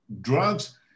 Drugs